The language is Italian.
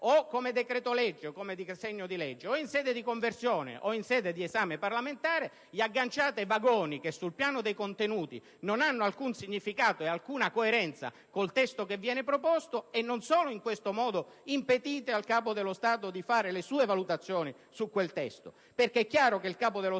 o come decreto-legge o come disegno di legge, o in sede di conversione o in sede di esame parlamentare, agganciate "vagoni" che sul piano dei contenuti non hanno alcun significato e alcuna coerenza rispetto al testo proposto. In questo modo impedite, non solo al Capo dello Stato di fare le sue valutazioni su quel testo, perché è chiaro che egli